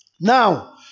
Now